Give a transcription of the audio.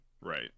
Right